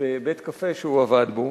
בבית-קפה שהוא עבד בו,